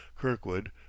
Kirkwood